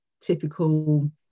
typical